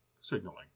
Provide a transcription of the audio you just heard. signaling